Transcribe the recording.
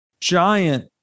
giant